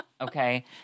Okay